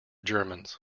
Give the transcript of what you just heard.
germans